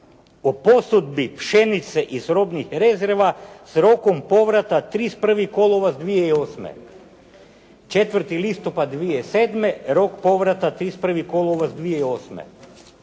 o posudbi pšenice iz robnih rezerva s rokom povrata 31. kolovoz 2008. 4. listopad 2007., rok povrata 31. kolovoz 2008.